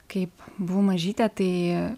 kaip buvau mažytė tai